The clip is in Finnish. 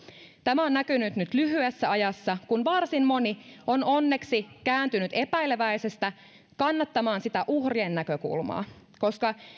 tämä on näkynyt nyt lyhyessä ajassa kun varsin moni on onneksi kääntynyt epäileväisestä kannattamaan sitä uhrien näkökulmaa koska